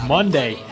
Monday